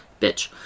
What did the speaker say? Bitch